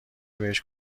بهش